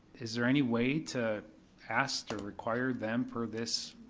is there any way to ask, to require them for this,